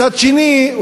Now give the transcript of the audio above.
מצד שני,